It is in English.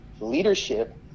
Leadership